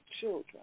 children